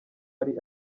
ari